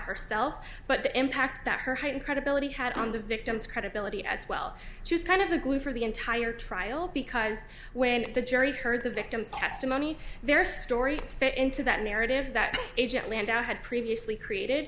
herself but the impact that her heightened credibility had on the victim's credibility as well she was kind of the glue for the entire trial because when the jury heard the victim's testimony their story fit into that narrative that agent landau had previously created